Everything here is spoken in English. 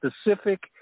specific